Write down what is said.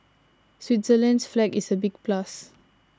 Switzerland's flag is a big plus